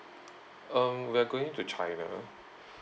um we're going to china